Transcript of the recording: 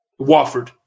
Wofford